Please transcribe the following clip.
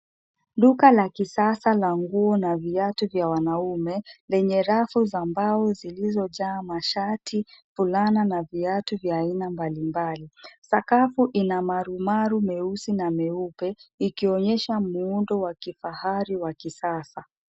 Duka la kisasa la nguo na viatu vya wanaume lenye rafu za mbao zilizojaa mashati, fulana na viatu vya aina mbalimbali. Sakafu ina marumaru meusi na meupe ikionyesha muundo wa kifahari wa kisasa.